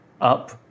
up